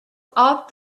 all